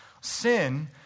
Sin